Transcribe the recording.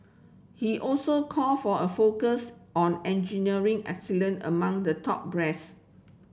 he also called for a focus on engineering excellence among the top brass